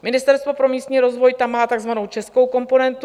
Ministerstvo pro místní rozvoj tam má takzvanou českou komponentu.